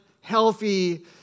healthy